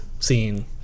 Scene